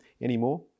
anymore